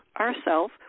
ourself